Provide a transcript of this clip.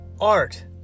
art